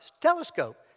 telescope